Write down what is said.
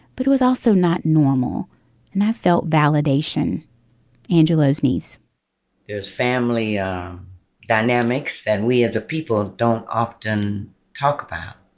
but it was also not normal and i felt validation angelos neese there's family dynamics that we as a people don't often talk about,